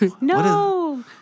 No